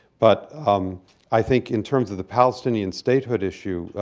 but i think in terms of the palestinian statehood issue,